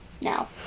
now